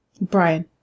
Brian